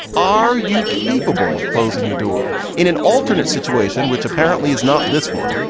are you capable of closing the door in an alternate situation, which apparently is not this one?